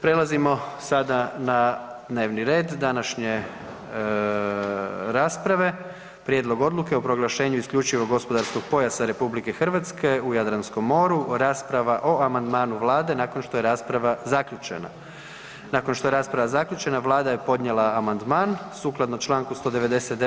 Prelazimo sada na dnevni red današnje rasprave: - Prijedlog odluke o proglašenju isključivog gospodarskog pojasa Republike Hrvatske u Jadranskom moru Rasprava o amandmanu Vlade nakon što je rasprava zaključena Nakon što je rasprava zaključena, Vlada je podnijela amandman sukladno čl. 199.